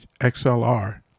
XLR